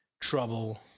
trouble